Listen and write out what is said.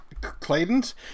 Clayton's